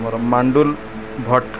ମରମାଣ୍ଡୁଲ Bhat